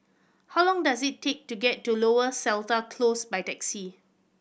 how long does it take to get to Lower Seletar Close by taxi